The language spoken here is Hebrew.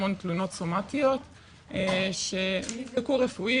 המון תלונות סומטיות שנבדקו רפואית.